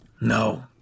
No